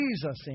jesus